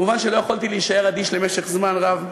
מובן שלא יכולתי להישאר אדיש למשך זמן רב.